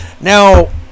Now